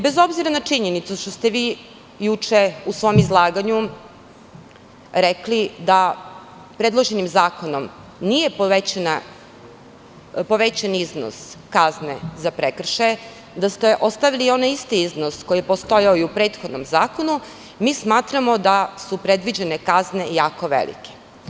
Bez obzira na činjenicu što ste vi juče u svom izlaganju rekli da predloženim zakonom nije povećan iznos kazne za prekršaje, da ste ostavili onaj isti iznos koji je postojao i u prethodnom zakonu, mi smatramo da su predviđene kazne jako velike.